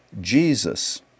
Jesus